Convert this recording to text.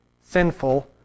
sinful